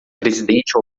presidente